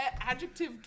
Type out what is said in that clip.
adjective